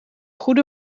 goede